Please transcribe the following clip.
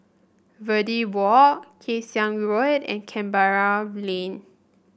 Verde Walk Kay Siang Road and Canberra Lane